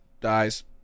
dies